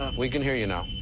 wean hear you now.